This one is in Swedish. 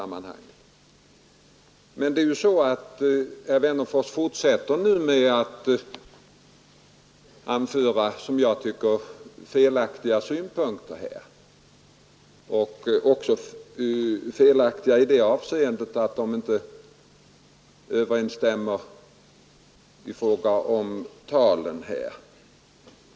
Men herr Wennerfors fortsätter nu att anföra, som jag tycker, felaktiga synpunkter och även felaktiga siffror.